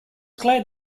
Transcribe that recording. glad